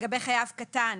לגבי חייב קטן